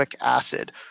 acid